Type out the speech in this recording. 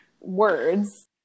words